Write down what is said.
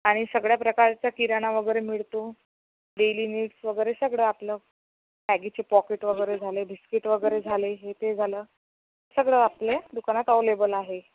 आणि सगळ्या प्रकारचा किराणा वगैरे मिळतो डेली नीड्स वगैरे सगळं आपलं मॅगीचे पॉकेट वगैरे झाले भिस्कीट वगैरे झाले हे ते झालं सगळं आपले दुकानात अवलेबल आहे